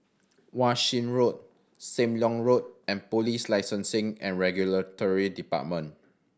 Wan Shih Road Sam Leong Road and Police Licensing and Regulatory Department